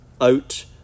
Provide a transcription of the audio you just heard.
out